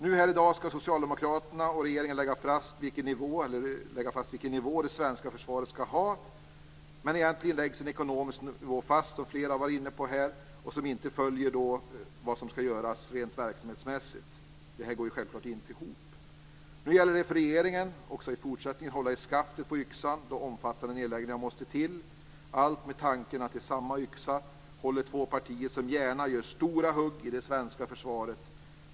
Nu här i dag skall socialdemokraterna och regeringen lägga fast vilken nivå det svenska försvaret skall ha. Men egentligen läggs en ekonomisk nivå fast, vilket flera varit inne på här, som inte följer vad som skall göras rent verksamhetsmässigt. Det här går ju självklart inte ihop. Nu gäller det för regeringen att också i fortsättningen hålla i skaftet på yxan då omfattande nedläggningar måste till. Allt med tanken att i samma yxa håller två partier som gärna gör stora hugg i det svenska försvaret.